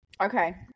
okay